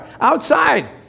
outside